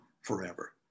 forever